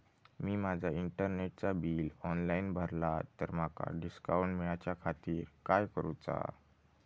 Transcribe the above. मी माजा इंटरनेटचा bill online भरला तर माका डिस्काउंट मिलाच्या खातीर काय करुचा?